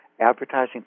advertising